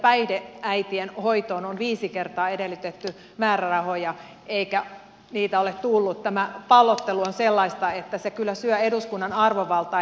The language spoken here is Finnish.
kun päihdeäitien hoitoon on viisi kertaa edellytetty määrärahoja eikä niitä ole tullut tämä pallottelu on sellaista että se kyllä syö eduskunnan arvovaltaa